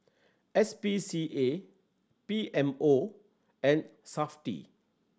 S P C A B M O and Safti